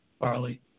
barley